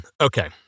Okay